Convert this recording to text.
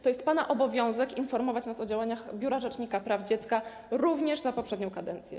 To jest pana obowiązek, by informować nas o działaniach Biura Rzecznika Praw Dziecka, również za poprzednią kadencję.